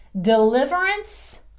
deliverance